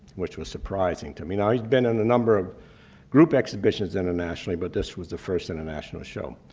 which was surprising to me. now he's been in a number of group exhibitions internationally, but this was the first international show.